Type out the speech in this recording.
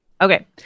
Okay